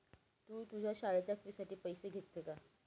तू तुझ्या शाळेच्या फी साठी पैसे घेतले का?